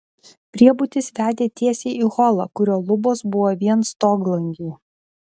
priebutis vedė tiesiai į holą kurio lubos buvo vien stoglangiai